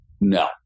no